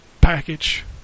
package